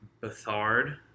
Bethard